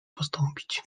postąpić